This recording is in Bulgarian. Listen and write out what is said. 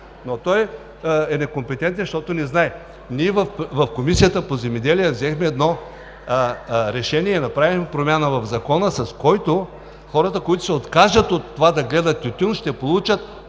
но е некомпетентен, защото не знае. В Комисията по земеделието взехме решение и направихме промяна в Закона, с който хората, които се откажат да гледат тютюн, ще получат